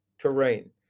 terrain